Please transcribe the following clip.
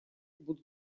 будут